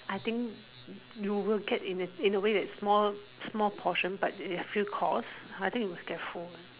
I think you will get in a in a way a small small portion but a few course I think you will get full one